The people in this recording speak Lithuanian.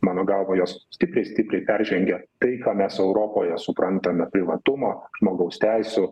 mano galva jos stipriai stipriai peržengia tai ką mes europoje suprantame privatumo žmogaus teisių